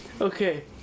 okay